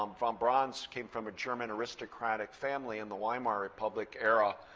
um von braun's came from a german aristocratic family in the weimer republic era.